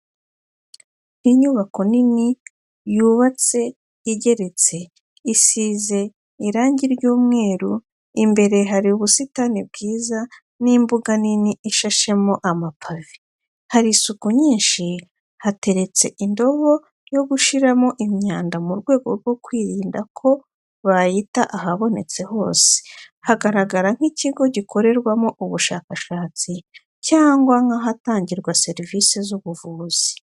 inyubako nini yubatse igeretse, isize irangi ry'umweru, imbere hari ubusitani bwiza n'imbuga nini ishashemo amapave, hari isuku nyinshi hateretse n'indobo yo gushyiramo imyanda mu rwego rwo kwirinda ko bayita ahabonetse hose. Haragaragara nk'ikigo gikorerwamo ubushakashatsi cyangwa nk'ahatangirwa serivise z'ubuvuzi.